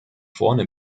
vorne